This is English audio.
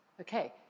okay